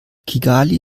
kigali